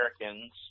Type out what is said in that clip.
Americans –